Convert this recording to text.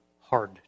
hard